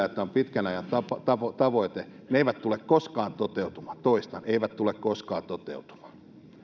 että on pitkän ajan tavoite ne eivät tule koskaan toteutumaan toistan eivät tule koskaan toteutumaan